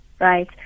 right